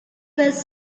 was